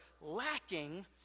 lacking